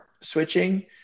switching